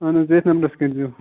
اَہن حظ یَتھۍ نَمبرَس کٔرۍ زیو